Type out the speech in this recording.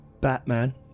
Batman